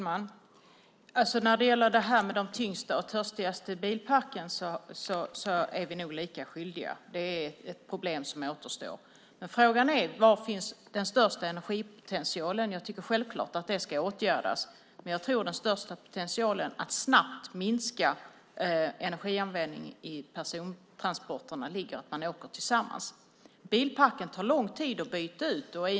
Herr talman! När det gäller de tyngsta och de törstigaste bilarna är vi nog lika skyldiga. Det är ett problem som återstår. Men frågan är var den största energipotentialen finns. Jag tycker självklart att det här ska åtgärdas. Men jag tror att den största potentialen för att snabbt minska energianvändningen i samband med persontransporter ligger i att man åker tillsammans. Bilparken tar det lång tid att byta ut.